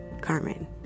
Carmen